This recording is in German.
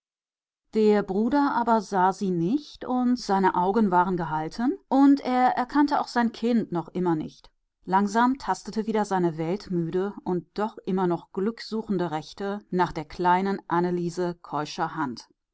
der bruder aber sah sie nicht und seine augen waren gehalten und er erkannte auch sein kind noch immer nicht langsam tastete wieder seine weltmüde und doch immer noch glücksuchende rechte nach der kleinen anneliese keuscher hand